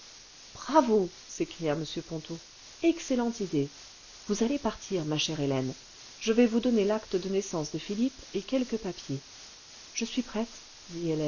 bravo s'écria m ponto excellente idée vous allez partir ma chère hélène je vais vous donner l'acte de naissance de philippe et quelques papiers je suis prête